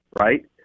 right